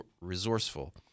resourceful